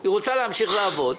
היא רוצה להמשיך לעבוד,